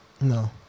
No